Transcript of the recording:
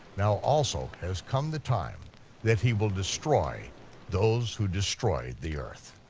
now also has come the time that he will destroy those who destroyed the earth.